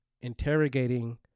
interrogating